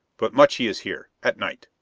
but much he is here at night.